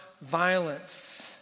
violence